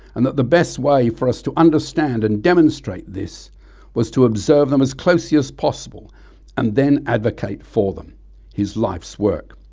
and that the best way for us to understand and demonstrate this was to observe them as closely as possible and then advocate for them his life's work.